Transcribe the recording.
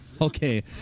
Okay